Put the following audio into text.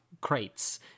crates